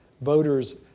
voters